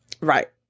Right